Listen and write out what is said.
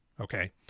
Okay